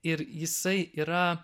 ir jisai yra